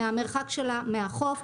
מהמרחק שלה מהחוף,